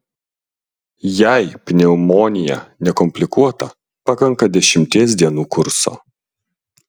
jei pneumonija nekomplikuota pakanka dešimties dienų kurso